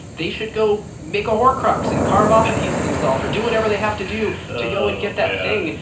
they should go make a horcrux and carve off a piece of themselves, or do whatever they have to do, to go and get that thing,